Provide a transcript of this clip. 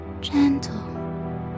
Gentle